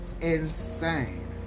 insane